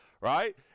right